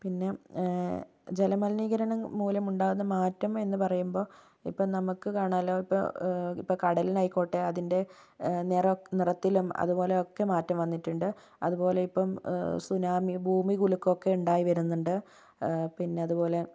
പിന്നെ ജലമലിനീകരണം മൂലം ഉണ്ടാകുന്ന മാറ്റം എന്നുപറയുമ്പോൾ ഇപ്പോൾ നമുക്ക് കാണാമല്ലോ ഇപ്പോൾ ഇപ്പോൾ കടലിലായിക്കോട്ടെ അതിൻ്റെ നിറമോ നിറത്തിലും അതുപോലെയൊക്കെ മാറ്റം വന്നിട്ടുണ്ട് അതുപോലെ ഇപ്പം സുനാമി ഭൂമികുലുക്കമൊക്കെ ഉണ്ടായിവരുന്നുണ്ട് പിന്നെ അതുപോലെ